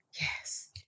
Yes